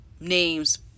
names